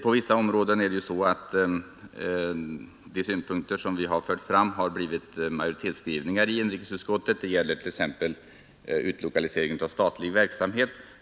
Beträffande vissa synpunkter som vi har fört fram har det blivit majoritetsskrivningar i inrikesutskottet. Det gäller t.ex. frågan om utlokalisering av statlig verksamhet.